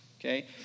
okay